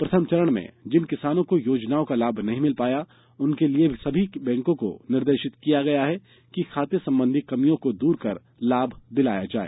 प्रथम चरण में जिन किसानों को योजनाओं का लाभ नहीं मिल पाया उनके लिए सभी बैंकों को निर्देशित किया गया है कि खाते संबंधी कमियों को दूर कर लाभ दिलाया जाये